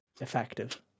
effective